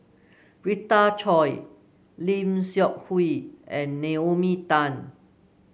Rita Chao Lim Seok Hui and Naomi Tan